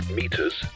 meters